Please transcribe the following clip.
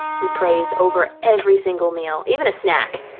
he prays over every single meal. even a snack.